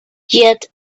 yet